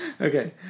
Okay